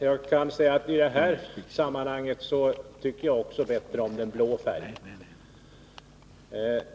Herr talman! I detta sammanhang tycker också jag bättre om den blå färgen.